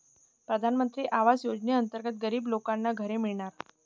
प्रधानमंत्री आवास योजनेअंतर्गत गरीब लोकांना घरे मिळणार